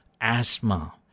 asthma